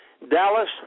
Dallas